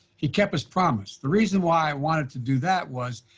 he kept his promise. the reason why i wanted to do that was,